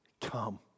Come